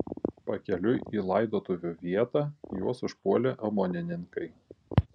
pakeliui į laidotuvių vietą juos užpuolė omonininkai